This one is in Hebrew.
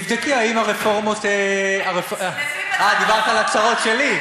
תבדקי האם הרפורמות, אה, דיברת על הצרות שלי?